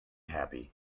happy